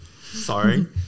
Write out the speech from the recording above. sorry